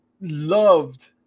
loved